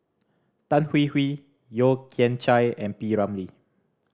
Tan Hwee Hwee Yeo Kian Chai and P Ramlee